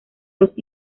dos